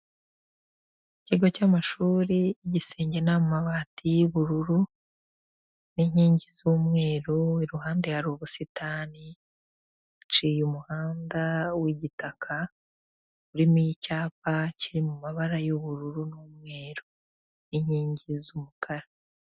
Ikigo cy'amashuri igisenge ni amabati y'ubururu n'inkingi z'umweru, iruhande hari ubusitani. Haciye umuhanda w'igitaka, urimo icyapa kiri mu mabara y'ubururu n'umweru n'inkingi z'umukara.